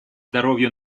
здоровью